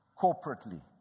corporately